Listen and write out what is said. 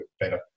better